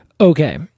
Okay